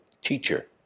teacher